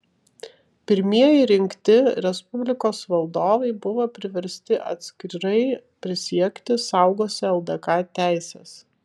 pirmieji rinkti respublikos valdovai buvo priversti atskirai prisiekti saugosią ldk teises